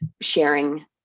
sharing